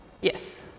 Yes